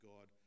God